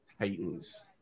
Titans